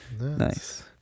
Nice